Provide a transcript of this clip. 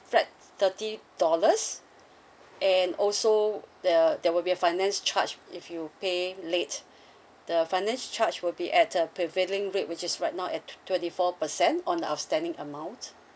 flat thirty dollars and also the there will be a finance charge if you pay late the finance charge will be at a prevailing rate which is right now at twenty four percent on outstanding amount